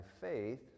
faith